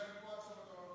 נשאר פה עד סוף,